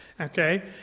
Okay